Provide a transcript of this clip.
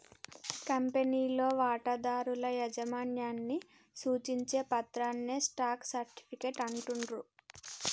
కంపెనీలో వాటాదారుల యాజమాన్యాన్ని సూచించే పత్రాన్నే స్టాక్ సర్టిఫికేట్ అంటుండ్రు